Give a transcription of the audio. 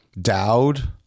Dowd